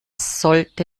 sollte